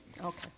Okay